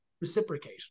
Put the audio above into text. reciprocate